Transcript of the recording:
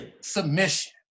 Submission